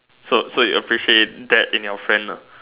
so so you appreciate that in your friend lah